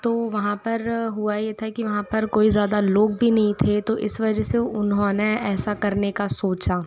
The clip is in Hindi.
वो वहाँ पर हुआ ये था कि वहाँ पर कोई ज़्यादा लोग भी नहीं थे तो इस वजह से उन्होंने ऐसा करने का सोचा